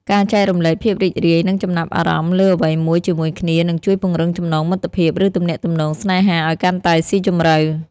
ការចែករំលែកភាពរីករាយ និងចំណាប់អារម្មណ៍លើអ្វីមួយជាមួយគ្នា នឹងជួយពង្រឹងចំណងមិត្តភាព ឬទំនាក់ទំនងស្នេហាឱ្យកាន់តែស៊ីជម្រៅ។